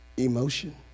emotion